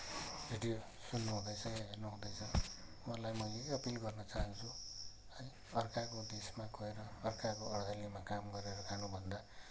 video सुन्नु हुँदैछ हेर्नु हुँदैछ उहाँहरूलाई म यही अपिल गर्न चाहन्छु है अर्काको देशमा गएर अर्काको अर्दलीमा काम गरेर खानुभन्दा